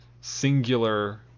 singular